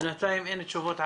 בינתיים אין תשובות.